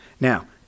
Now